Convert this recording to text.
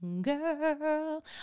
girl